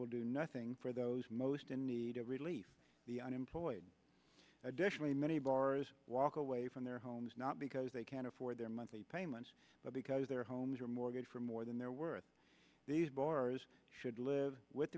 will do nothing for those most in need of relief the unemployed additionally many bars walk away from their homes not because they can't afford their monthly payments but because their homes are more good for more than they're worth these bars should live with